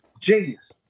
Genius